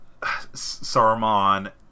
Saruman